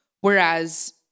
Whereas